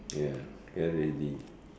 ya clear already